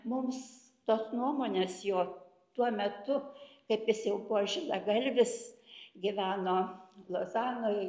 mums tos nuomonės jo tuo metu kaip jis jau buvo žilagalvis gyveno lozanoj